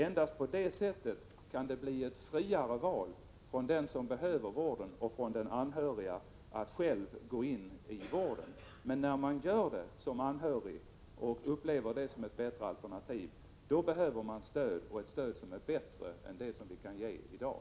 Endast på det sättet kan det bli ett friare val för den som behöver vård liksom för den anhörige när det gäller att själv gå in i vården. När man som anhörig gör detta och upplever det som ett alternativ behöver man stöd, och då ett stöd som är bättre än det som vi kan ge i dag.